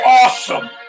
awesome